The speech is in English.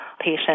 patient